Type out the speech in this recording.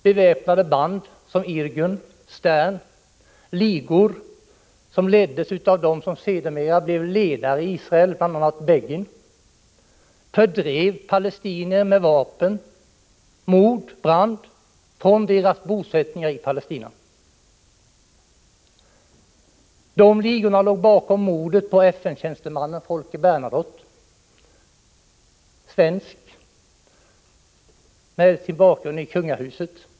Beväpnade band som Irgunoch Sternligorna, som leddes av dem som sedermera blev ledare i Israel, bl.a. Begin, fördrev med vapen, mord och brand palestinier från deras bosättningar i Palestina. Dessa ligor låg bakom mordet på FN-tjänstemannen Folke Bernadotte, svensk med bakgrund i kungahuset.